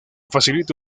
facilita